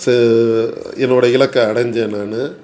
ச என்னோடய இலக்கை அடைஞ்சேன் நான்